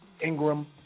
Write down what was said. Ingram